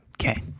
Okay